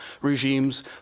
regimes